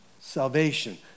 salvation